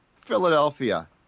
Philadelphia